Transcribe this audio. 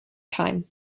time